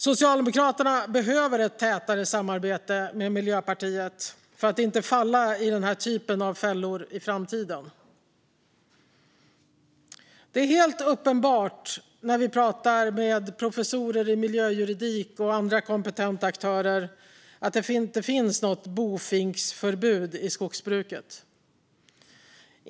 Socialdemokraterna behöver ett tätare samarbete med Miljöpartiet för att inte falla i den här typen av fällor i framtiden. När vi pratar med professorer i miljöjuridik och andra kompetenta aktörer är det helt uppenbart att det inte finns något bofinksförbud i skogsbruket.